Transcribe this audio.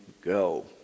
go